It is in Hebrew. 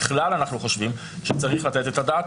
בכלל אנחנו חושבים שצריך לתת את הדעת